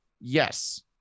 yes